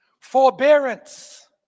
forbearance